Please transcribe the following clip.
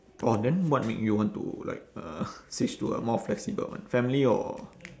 orh then what made you want to like uh switch to a more flexible one family or